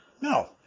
No